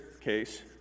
case